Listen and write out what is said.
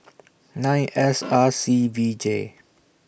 nine S R C V J